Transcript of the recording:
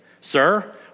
sir